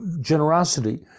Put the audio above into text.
generosity